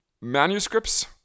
Manuscripts